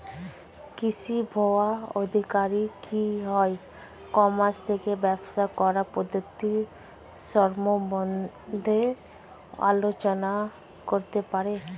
কৃষি ভোক্তা আধিকারিক কি ই কর্মাস থেকে ব্যবসা করার পদ্ধতি সম্বন্ধে আলোচনা করতে পারে?